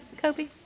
Kobe